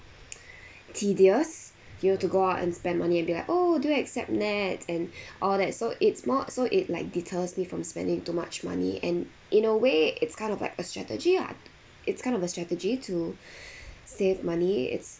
tedious you have to go out and spend money and be like oh do you accept nets and all that so it's more so it like deters me from spending too much money and in a way it's kind of like a strategy lah it's kind of a strategy to save money it's